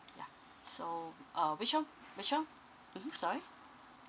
ya so uh which one which one mm sorry